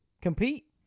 compete